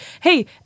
hey